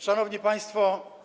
Szanowni Państwo!